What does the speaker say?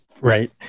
Right